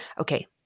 okay